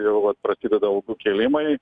jau vat prasideda algų kėlimai